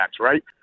right